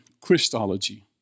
Christology